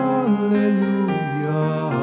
Hallelujah